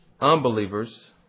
unbelievers